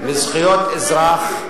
לזכויות אזרח.